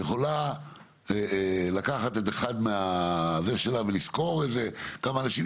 יכולה לקחת את אחד מהזה שלה ולשכור איזה כמה אנשים,